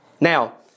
Now